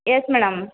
yes madam